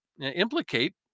implicate